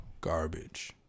Garbage